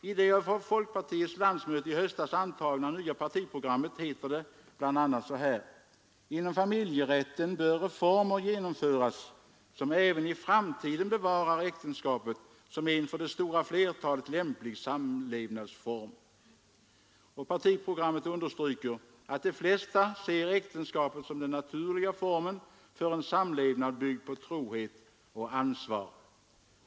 I det av folkpartiets landsmöte i höstas antagna nya partiprogrammet heter det bl.a.: ”Inom familjerätten bör reformer genomföras som även i framtiden bevarar äktenskapet som en för det stora flertalet lämplig samlevnadsform.” Och partiprogrammet understryker att de flesta ser äktenskapet som den naturliga formen för en samlevnad byggd på trohet och ansvar.